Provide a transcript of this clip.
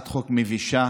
בנים למשפחות שכולות.